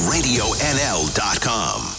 RadioNL.com